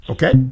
Okay